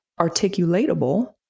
articulatable